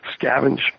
scavenge